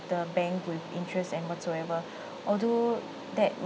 the bank with interest and whatsoever although that